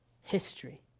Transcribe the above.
history